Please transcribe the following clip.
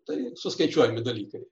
taigi suskaičiuojami dalykai